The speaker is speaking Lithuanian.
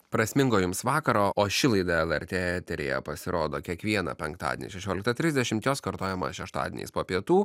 prasmingo jums vakaro o ši laida lrt eteryje pasirodo kiekvieną penktadienį šešioliktą trisdešimt jos kartojimas šeštadieniais po pietų